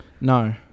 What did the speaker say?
No